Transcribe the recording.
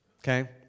Okay